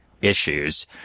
issues